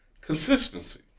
consistency